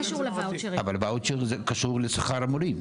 אבל ואוצ'ר קשור לשכר המורים.